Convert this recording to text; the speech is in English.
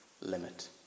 limit